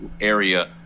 area